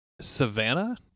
Savannah